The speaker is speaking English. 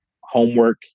Homework